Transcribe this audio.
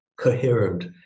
coherent